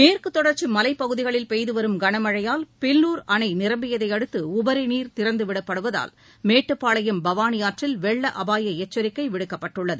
மேற்கு தொடர்ச்சி மலைப் பகுதிகளில் பெய்துவரும் கனமழையால் பில்லூர் அணை நிரம்பியதை அடுத்து உபரி நீர் திறந்துவிடப்படுவதால் மேட்டுப்பாளையம் பவானி ஆற்றில் வெள்ள அபாய எச்சரிக்கை விடுக்கப்பட்டுள்ளது